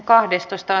asia